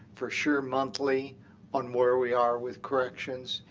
for sure monthly on where we are with corrections.